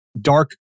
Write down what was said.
dark